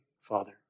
Father